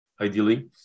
ideally